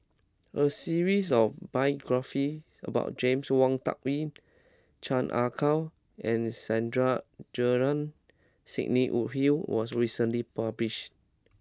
a series of biographies about James Wong Tuck Yim Chan Ah Kow and Sandrasegaran Sidney Woodhull was recently published